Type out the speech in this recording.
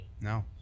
No